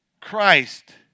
Christ